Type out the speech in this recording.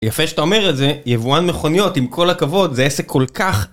יפה שאתה אומר את זה, יבואן מכוניות, עם כל הכבוד, זה עסק כל כך!